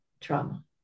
trauma